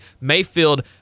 Mayfield